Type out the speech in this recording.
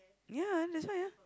ya and that's why ah